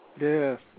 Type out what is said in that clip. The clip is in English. Yes